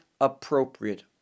appropriate